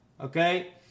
Okay